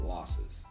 Losses